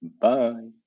Bye